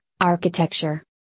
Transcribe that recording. Architecture